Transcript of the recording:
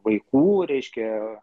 vaikų reiškia